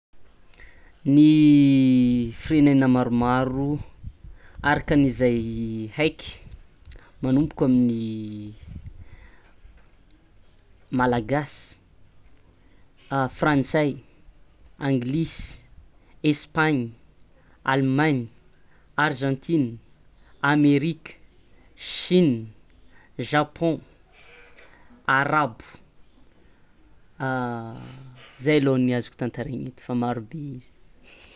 Ny firenena maromaro arakan'izay heky magnomboko amin'ny Malagasy, Frantsay, Anglisy, Espagne, Allemagne, argentine, Amerika, Sina, Japon, Arabo, zay loa ny azoko tantaraina eto fa marobe izy.